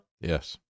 Yes